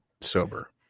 sober